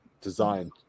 design